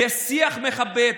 לשיח מכבד,